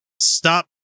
Stop